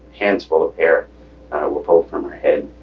hands full of hair were pulled from her head.